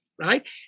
right